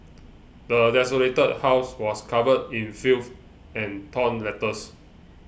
the desolated house was covered in filth and torn letters